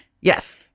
yes